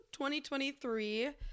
2023